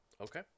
Okay